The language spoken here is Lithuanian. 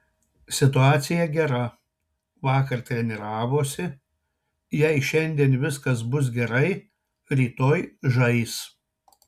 situacija gera vakar treniravosi jei šiandien viskas bus gerai rytoj žais